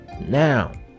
now